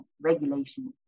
regulation